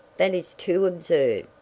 that is too absurd,